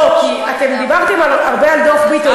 כי אתם דיברתם הרבה על דוח ביטון,